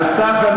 דקה.